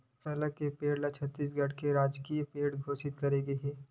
साल के पेड़ ल छत्तीसगढ़ के राजकीय पेड़ घोसित करे गे हे